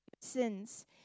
sins